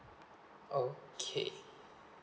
okay